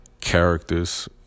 characters